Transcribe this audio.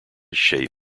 shape